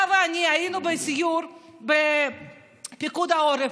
אתה ואני היינו בסיור בפיקוד העורף,